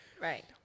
right